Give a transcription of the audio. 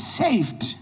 saved